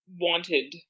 wanted